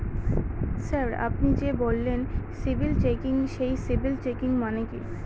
Sir আপনি যে বললেন সিবিল চেকিং সেই সিবিল চেকিং মানে কি?